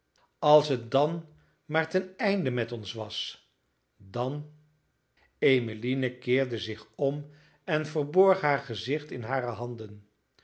als het dan maar ten einde met ons was dan emmeline keerde zich om en verborg haar gezicht in hare handen